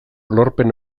lorpen